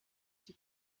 die